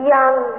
Young